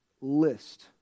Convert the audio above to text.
list